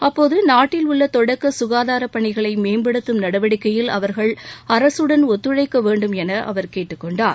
அப்போது நாட்டில் உள்ள தொடக்க சுகாதார பணிகளை மேம்படுத்தும் நடவடிக்கையில் அவர்கள் அரசுடன் ஒத்துழைக்க வேண்டும் என அவர் கேட்டுக்கொண்டார்